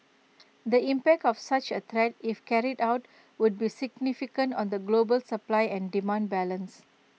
the impact of such A threat if carried out would be significant on the global supply and demand balance